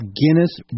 Guinness